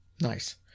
Nice